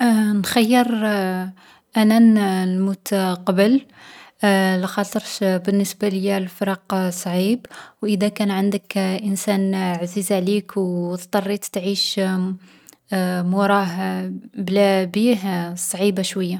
نخيّر أنا نموت قبل، لاخاطرش بالنسبة ليا الفراق صعيب، وادا كان عندك انسان عزيز عليك، او اضطريت تعيش موراه، بلا بيه، صعيبة شويا.